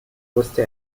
wusste